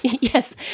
Yes